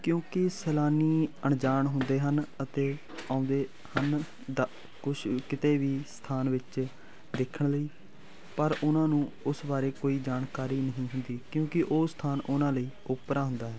ਕਿਉਂਕਿ ਸੈਲਾਨੀ ਅਣਜਾਣ ਹੁੰਦੇ ਹਨ ਅਤੇ ਆਉਂਦੇ ਹਨ ਦ ਕੁਛ ਕਿਤੇ ਵੀ ਸਥਾਨ ਵਿੱਚ ਵੇਖਣ ਲਈ ਪਰ ਉਹਨਾਂ ਨੂੰ ਉਸ ਬਾਰੇ ਕੋਈ ਜਾਣਕਾਰੀ ਨਹੀਂ ਹੁੰਦੀ ਕਿਉਂਕਿ ਉਸ ਸਥਾਨ ਉਹਨਾਂ ਲਈ ਓਪਰਾ ਹੁੰਦਾ ਹੈ